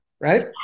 right